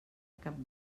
cap